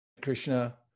Krishna